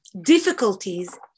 Difficulties